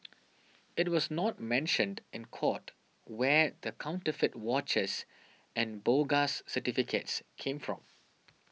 it was not mentioned in court where the counterfeit watches and bogus certificates came from